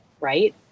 right